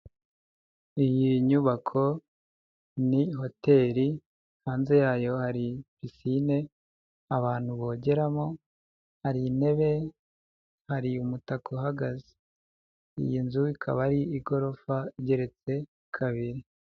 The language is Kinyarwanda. Iyi nyubako ni Hoteri, hanze yayo hari pisinine abantu bogeramo, hari intebe hari umutaka, iyi nzu ikaba ari igorofa igereretse kabiri.